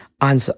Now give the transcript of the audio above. on